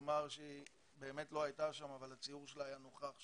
היא לא הייתה שם באמת אבל הציור שלה היה נוכח שם,